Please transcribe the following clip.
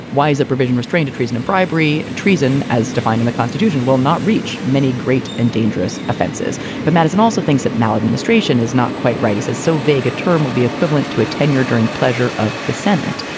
why is a provision restrained treason and bribery? treason, as defined in the constitution, will not reach many great and dangerous offenses. but madison also thinks that maladministration is not quite right. is is so vague. a term will be equivalent to a tenure during pleasure of the senate.